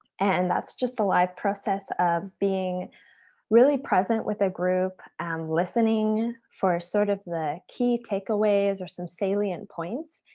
and that's just the live process of being really present with a group, and listening for sort of the key takeaways or some salient points,